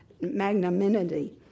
magnanimity